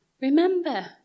Remember